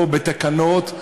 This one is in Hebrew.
או בתקנון,